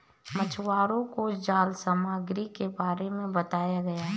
मछुवारों को जाल सामग्री के बारे में बताया गया